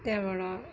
त्यहाँबाट